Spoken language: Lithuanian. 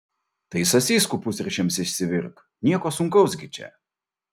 tai sasyskų pusryčiams išsivirk nieko sunkaus gi čia